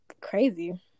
crazy